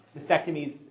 mastectomies